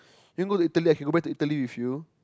you want to go Italy I go back Italy with you